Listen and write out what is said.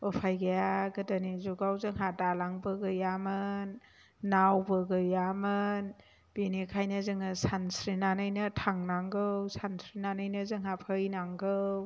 उफाय गैया गोदोनि जुगाव जोंहा दालांबो गैयामोन नावबो गैयामोन बेनिखायनो जोङो सानस्रिनानैनो थांनांगौ सानस्रिनानैनो जोंहा फैनांगौ